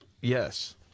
Yes